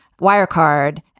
Wirecard